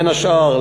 בין השאר,